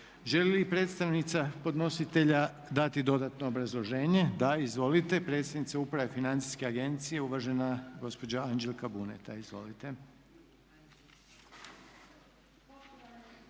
Želi li predstavnica podnositelja dati dodatno obrazloženje? Da. Izvolite. Predsjednica Uprave Financijske agencije uvažena gospođa Anđelka Buneta. Izvolite.